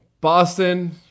Boston